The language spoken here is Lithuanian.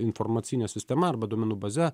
informacine sistema arba duomenų baze